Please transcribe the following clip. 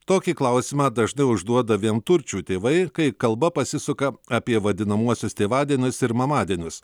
tokį klausimą dažnai užduoda vienturčių tėvai kai kalba pasisuka apie vadinamuosius tėvadienius ir mamadienius